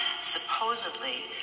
supposedly